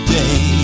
day